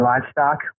livestock